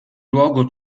luogo